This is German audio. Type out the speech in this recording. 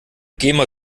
gamer